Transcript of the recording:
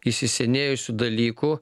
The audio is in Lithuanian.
įsisenėjusių dalykų